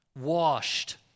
washed